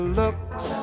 looks